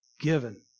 given